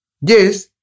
yes